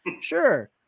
sure